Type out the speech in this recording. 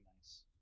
nice